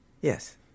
Yes